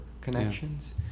connections